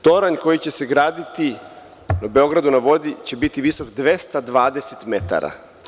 Toranj koji će se graditi u „Beogradu na vodi“ će biti visok 220 metara.